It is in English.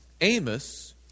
Amos